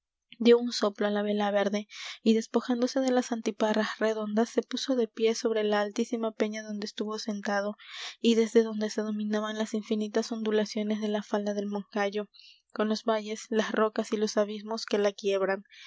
dió un soplo á la vela verde y despojándose de las antiparras redondas se puso de pie sobre la altísima peña donde estuvo sentado y desde donde se dominaban las infinitas ondulaciones de la falda del moncayo con los valles las rocas y los abismos que la quiebran